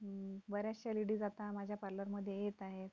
बऱ्याचशा लेडीज आता माझ्या पार्लरमध्ये येत आहे